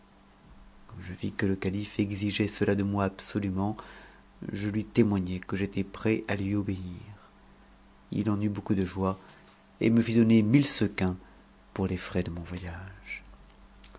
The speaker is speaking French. je vis que c calife exigeait cela de moi absolument je lui témoignai que j'étais prêt h lui obéir i en eut beaucoup de joie et me fit donner mille sequins pour les frais de mon voyage